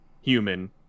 human